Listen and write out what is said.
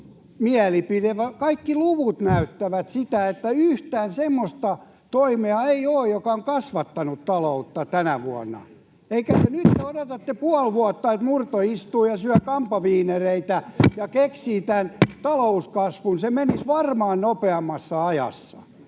kaikki luvut näyttävät sitä, että yhtään semmoista toimea ei ole, joka on kasvattanut taloutta tänä vuonna. Nyt te odotatte puoli vuotta, että Murto istuu ja syö kampaviinereitä ja keksii tämän talouskasvun. Se menisi varmaan nopeammassa ajassa.